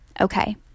Okay